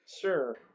Sure